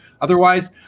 Otherwise